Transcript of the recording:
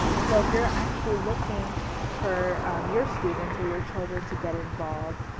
so if you're actually looking for your students or your children to get involved,